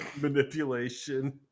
manipulation